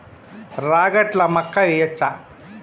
రాగట్ల మక్కా వెయ్యచ్చా?